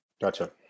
Gotcha